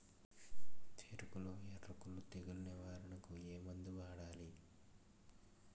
చెఱకులో ఎర్రకుళ్ళు తెగులు నివారణకు ఏ మందు వాడాలి?